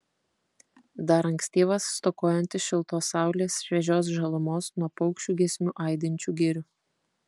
dar ankstyvas stokojantis šiltos saulės šviežios žalumos nuo paukščių giesmių aidinčių girių